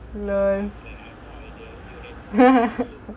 learn